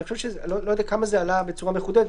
אני לא יודע כמה זה עלה בצורה מחודדת.